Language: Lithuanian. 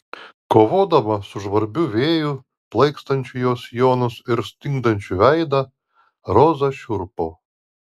kovodama su žvarbiu vėju plaikstančiu jos sijonus ir stingdančiu veidą roza šiurpo